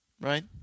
right